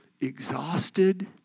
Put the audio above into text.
exhausted